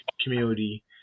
community